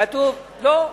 כתוב, לא,